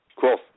Cool